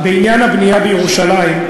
בעניין הבנייה בירושלים,